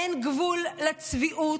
אין גבול לצביעות,